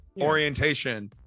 orientation